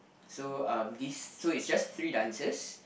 so um this so it's just three dancers